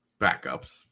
backups